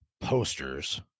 posters